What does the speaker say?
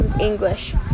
English